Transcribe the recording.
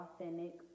Authentic